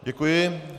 Děkuji.